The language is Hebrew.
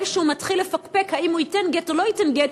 שהוא מתחיל לפקפק אם הוא ייתן גט או לא ייתן גט,